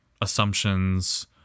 assumptions